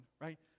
right